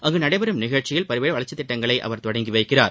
அங்கு நடைபெறும் நிகழ்ச்சியில் பல்வேறு வளர்ச்சித் திட்டங்களை அவர் தொடங்கி வைக்கிறார்